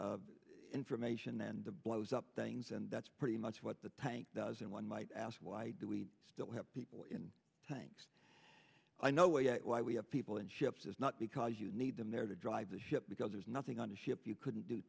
gets information and the blows up things and that's pretty much what the tank does and one might ask why do we still have people in tanks i know it why we have people in ships it's not because you need them there to drive the ship because there's nothing on a ship you couldn't do